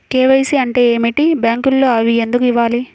KYC అంటే ఏమిటి? బ్యాంకులో అవి ఎందుకు ఇవ్వాలి?